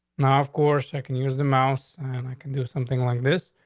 now, of course, i can use the mouse and i can do something like this.